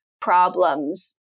problems